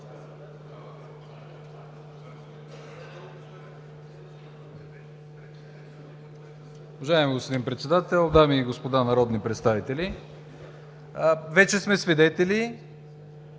Вече сме свидетели